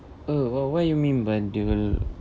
uh what what you mean by devel~